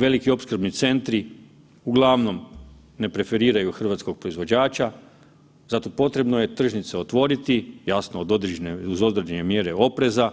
Veliki opskrbni centri uglavnom ne preferiraju hrvatskog proizvođača zato potrebno je tržnice otvoriti, jasno uz određene mjere opreza,